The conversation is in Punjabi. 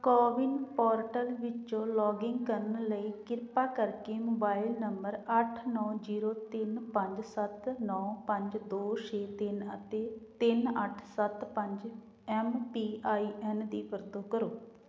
ਕੋਵਿਨ ਪੋਰਟਲ ਵਿੱਚੋਂ ਲੌਗਇਨ ਕਰਨ ਲਈ ਕਿਰਪਾ ਕਰਕੇ ਮੋਬਾਈਲ ਨੰਬਰ ਅੱਠ ਨੌਂ ਜੀਰੋ ਤਿੰਨ ਪੰਜ ਸੱਤ ਨੌਂ ਪੰਜ ਦੋ ਛੇ ਤਿੰਨ ਅਤੇ ਤਿੰਨ ਅੱਠ ਸੱਤ ਪੰਜ ਐਮ ਪੀ ਆਈ ਐਨ ਦੀ ਵਰਤੋਂ ਕਰੋ